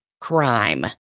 crime